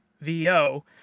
VO